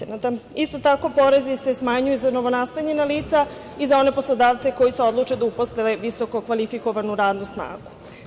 Isto tako, porezi se smanjuju za novonastanjena lica i za one poslodavce koji se odluče da uposle visoko kvalifikovanu radnu snagu.